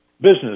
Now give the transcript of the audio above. business